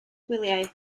gwyliau